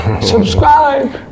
Subscribe